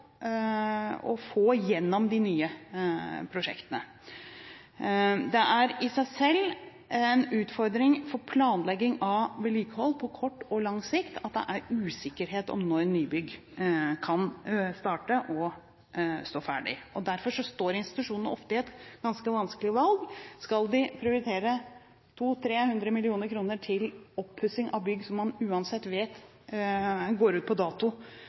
å få igjennom nye prosjekter. Det er en utfordring for planlegging av vedlikehold – på kort og lang sikt – at det er usikkerhet om når nybygg kan starte og når de kan stå ferdig. Derfor står institusjonene ofte i et ganske vanskelig valg. Skal man prioritere 200–300 mill. kr til oppussing av bygg som man uansett vet går ut på dato